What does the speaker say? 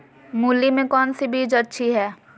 मूली में कौन सी बीज अच्छी है?